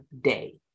day